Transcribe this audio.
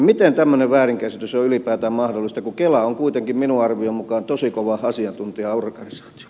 miten tämmöinen väärinkäsitys on ylipäätään mahdollista kun kela on kuitenkin minun arvioni mukaan tosi kova asiantuntijaorganisaatio